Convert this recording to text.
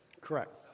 Correct